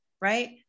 right